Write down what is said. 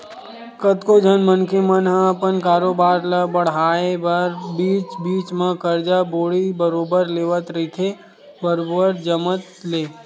कतको झन मनखे मन ह अपन कारोबार ल बड़हाय बर बीच बीच म करजा बोड़ी बरोबर लेवत रहिथे बरोबर जमत ले